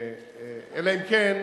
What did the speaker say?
אלא אם כן,